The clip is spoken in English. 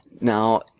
Now